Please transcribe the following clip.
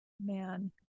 man